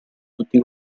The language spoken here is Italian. tutti